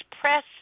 press